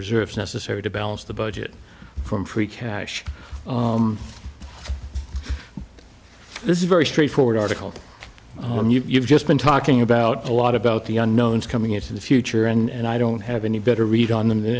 reserves necessary to balance the budget from free cash this is very straightforward article one you've just been talking about a lot about the unknowns coming into the future and i don't have any better read on them